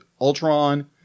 Ultron